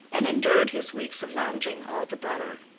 and endured his weeks of lounging all the better.